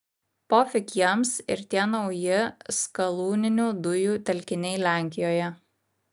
pofik jiems ir tie nauji skalūninių dujų telkiniai lenkijoje